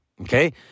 okay